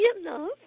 enough